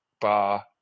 bar